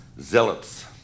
zealots